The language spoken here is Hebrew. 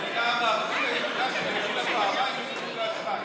המדינה המערבית היחידה שבדקה פעמיים את דירוג האשראי.